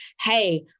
Hey